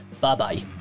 bye-bye